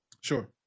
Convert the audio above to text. Sure